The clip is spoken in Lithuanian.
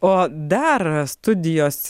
o dar studijos